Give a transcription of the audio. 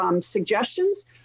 suggestions